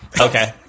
Okay